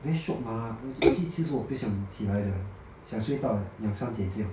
very shiok mah actually 其实我不想起来的想睡到 like 两三点这样